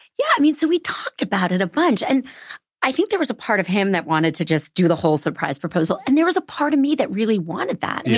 yeah. i mean so we talked about it a bunch. and i think there was a part of him that wanted to just do the whole surprise proposal. and there was a part of me that really wanted that. yeah.